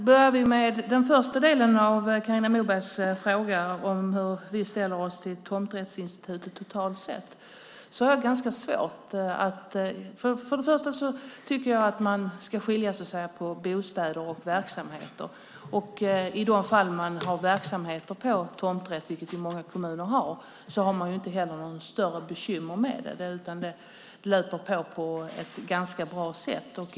Herr talman! Jag börjar med Carina Mobergs fråga om hur vi ställer oss till tomträttsinstitutet totalt sett. Jag tycker att man ska skilja på bostäder och verksamheter. I de fall där man har verksamheter på tomträtt, vilket många kommuner har, har man inte några större bekymmer med det. Det löper på bra.